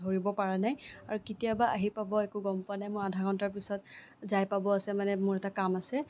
ধৰিব পাৰা নাই আৰু কেতিয়া বা আহি পাব একো গম পোৱা নাই মোৰ আধাঘণ্টাৰ পাছত যাই পাব আছে মানে মোৰ এটা কাম আছে